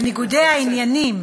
לניגודי העניינים